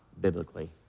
biblically